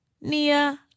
Nia